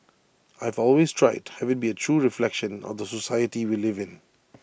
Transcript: I've always tried have IT be A true reflection of the society we live in